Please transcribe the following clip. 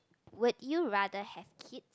would you rather have kids